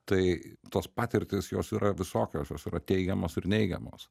tai tos patirtys jos yra visokios jos yra teigiamos ir neigiamos